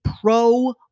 pro